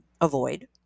avoid